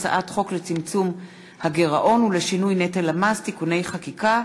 להצעת חוק לצמצום הגירעון ולשינוי נטל המס (תיקוני חקיקה)